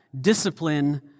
discipline